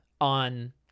on